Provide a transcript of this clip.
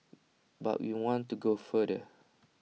but we want to go further